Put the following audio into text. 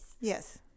Yes